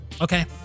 okay